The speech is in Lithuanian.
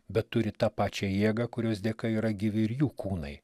bet turi tą pačią jėgą kurios dėka yra gyvi ir jų kūnai